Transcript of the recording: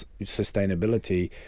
sustainability